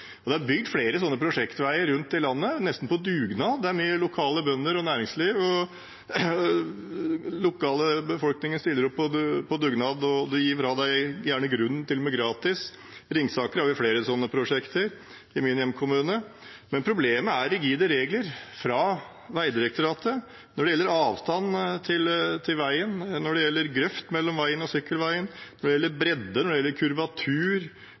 Det er blitt bygd flere slike prosjektveier rundt omkring i landet, nesten på dugnad. Det er mange lokale bønder og mye lokalt næringsliv som har bidratt. Lokalbefolkningen har stilt opp på dugnad, og man har gitt fra seg grunn, gratis til og med. I Ringsaker, min hjemkommune, har vi flere slike prosjekter. Problemet er rigide regler fra Vegdirektoratet når det gjelder avstand til veien, når det gjelder grøft mellom vei og sykkelvei, når det gjelder bredde, kurvatur og krav om asfaltering. Det